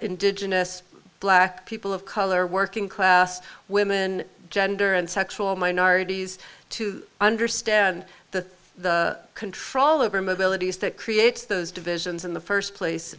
indigenous black people of color working class women gender and sexual minorities to understand that the control over mobility is that creates those divisions in the st place